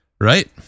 Right